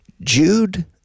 Jude